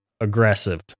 aggressive